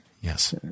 Yes